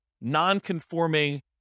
non-conforming